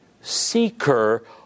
seeker